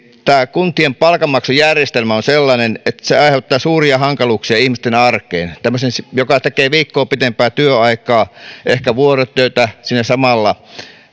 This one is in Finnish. kuntien palkanmaksujärjestelmä on sellainen että se aiheuttaa suuria hankaluuksia ihmisten arkeen tämmöiselle joka tekee viikon pitempää työaikaa ehkä vuorotyötä siinä samalla